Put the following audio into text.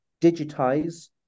digitize